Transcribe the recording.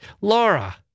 Laura